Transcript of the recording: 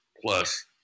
Plus